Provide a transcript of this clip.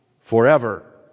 forever